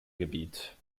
gebiet